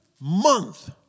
month